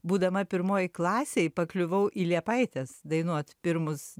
būdama pirmoj klasėj pakliuvau į liepaites dainuot pirmus